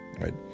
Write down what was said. right